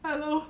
hello